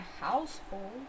household